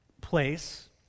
place